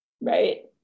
right